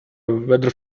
weather